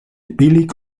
billig